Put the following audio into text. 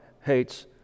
hates